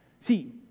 See